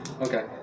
Okay